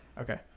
Okay